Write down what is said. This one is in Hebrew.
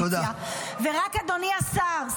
ורק אדוני השר,